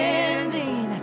ending